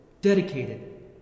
dedicated